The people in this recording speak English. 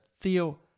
Theo